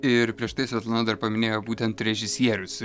ir prieš tai svetlana dar paminėjo būtent režisierius